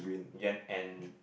and and